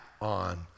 on